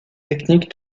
techniques